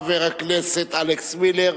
חבר הכנסת אלכס מילר,